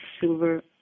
silver